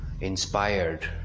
inspired